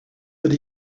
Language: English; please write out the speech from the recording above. that